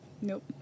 Nope